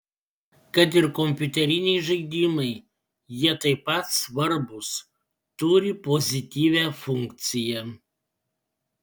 kad ir kompiuteriniai žaidimai jie taip pat svarbūs turi pozityvią funkciją